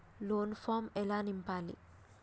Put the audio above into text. Loan form ఎలా నింపాలి?